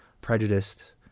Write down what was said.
prejudiced